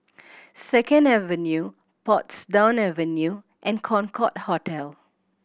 Second Avenue Portsdown Avenue and Concorde Hotel